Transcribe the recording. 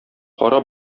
кара